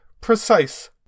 precise